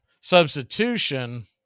substitution